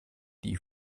die